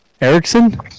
Erickson